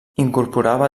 incorporava